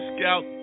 Scout